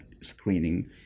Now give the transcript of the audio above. screening